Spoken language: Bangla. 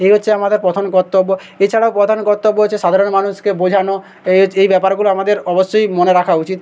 এই হচ্ছে আমাদের প্রথম কর্তব্য এছাড়াও প্রধান কর্তব্য হচ্ছে সাধারণ মানুষকে বোঝানো এই হছ্ এই ব্যাপারগুলো আমাদের অবশ্যই মনে রাখা উচিত